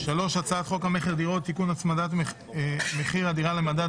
3.הצעת חוק המכר (דירות) (תיקון - הצמדת מחיר הדירה למדד),